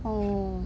oh